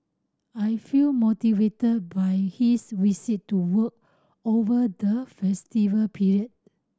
I feel motivated by his visit to work over the festival period